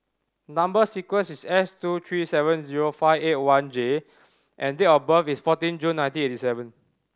number sequence is S two three seven zero five eight one J and date of birth is fourteen June nineteen eighty seven